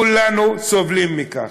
כולנו סובלים מכך.